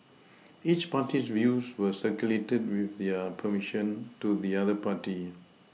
each party's views were circulated with their perMission to the other party